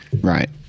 Right